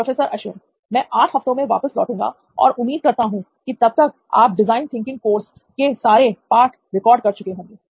professor Ashwin मैं 8 हफ्तों में वापस लौटूंगा और उम्मीद करता हूं कि तब तक आप डिजाइन थिंकिंग कोर्स के सारे पाठ रिकॉर्ड कर चुके होंगे